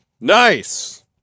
Nice